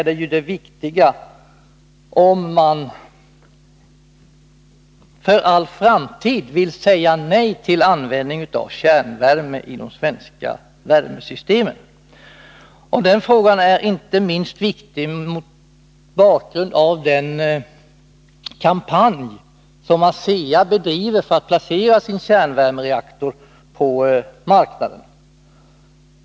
Det viktiga är om man för all framtid vill säga nej till användning av Denna fråga är inte minst viktig mot bakgrund av den kampanj som ASEA bedriver för att placera sin kärnvärmereaktor på marknaden.